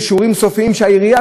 והעירייה כל-כולה,